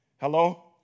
Hello